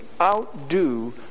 Outdo